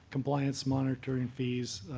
compliance monitoring fees,